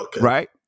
right